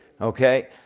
Okay